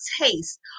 taste